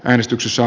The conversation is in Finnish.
äänestyksissä